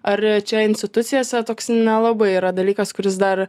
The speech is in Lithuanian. ar čia institucijose toks nelabai yra dalykas kuris dar